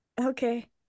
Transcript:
okay